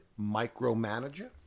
micromanager